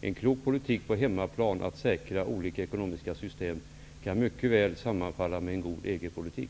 En klok politik för att på hemmaplan säkra olika ekonomiska system kan mycket väl sammanfalla med en god EG-politik.